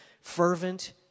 fervent